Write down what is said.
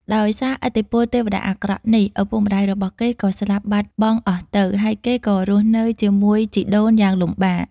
ដោយសារឥទ្ធិពលទេវតាអាក្រក់នេះ ឪពុកម្តាយរបស់គេក៏ស្លាប់បាត់បង់អស់ទៅ ហើយគេក៏រស់នៅជាមួយជីដូនយ៉ាងលំបាក។